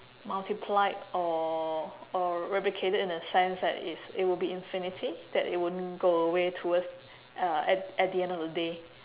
multiplied or or replicated in a sense that it's it would be infinity that it won't go away towards uh at at the end of the day